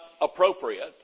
appropriate